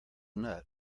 nut